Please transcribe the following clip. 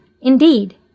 Indeed